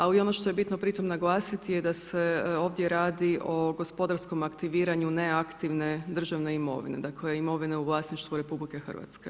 Ali ono što je bitno pritom naglasiti je da se ovdje radi o gospodarskom aktiviranju neaktivne državne imovine, dakle imovine u vlasništvu RH.